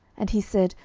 and he said,